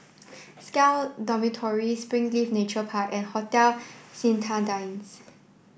SCAL Dormitory Springleaf Nature Park and Hotel Citadines